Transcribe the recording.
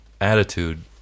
attitude